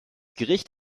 gericht